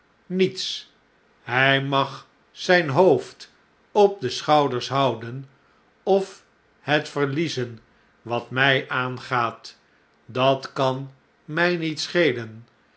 niets hjj mag zijn hoofd op de schouders houden of het verliezen wat mij aangaat dat kan mij niet schelen